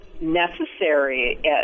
necessary